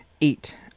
eight